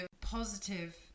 positive